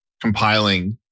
compiling